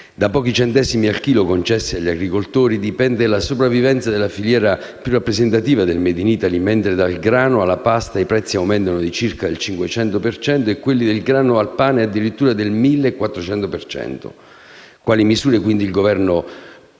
Da pochi centesimi al chilo concessi agli agricoltori dipende la sopravvivenza della filiera più rappresentativa del *made in Italy*, mentre dal grano alla pasta i prezzi aumentano di circa il 500 per cento e quelli dal grano al pane addirittura del 1.400 per cento. Quali misure il Governo